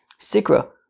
Sikra